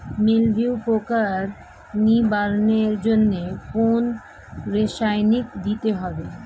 মিলভিউ পোকার নিবারণের জন্য কোন রাসায়নিক দিতে হয়?